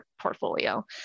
portfolio